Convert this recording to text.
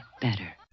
better